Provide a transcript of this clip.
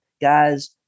guys